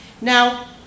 Now